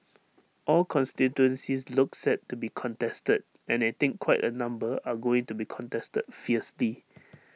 all constituencies look set to be contested and I think quite A number are going to be contested fiercely